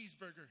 cheeseburger